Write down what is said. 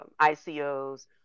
ICOs